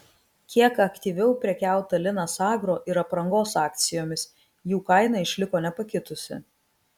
kiek aktyviau prekiauta linas agro ir aprangos akcijomis jų kaina išliko nepakitusi